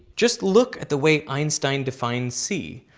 just look at the way einstein defined c.